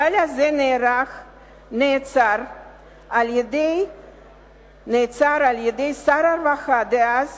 הגל הזה נעצר על-ידי שר הרווחה דאז